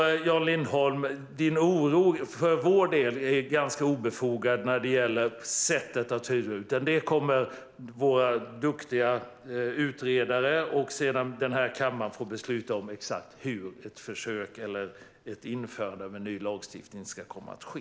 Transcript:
Din oro för vår del, Jan Lindholm, är ganska obefogad när det gäller sättet att göra detta. Våra duktiga utredare och sedan den här kammaren kommer att få besluta om exakt hur ett försök eller ett införande av en ny lagstiftning ska komma att ske.